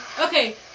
okay